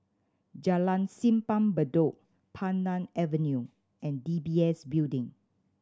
Jalan Simpang Bedok Pandan Avenue and D B S Building